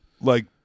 Like-